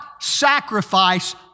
sacrifice